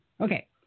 okay